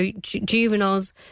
juveniles